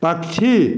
पक्षी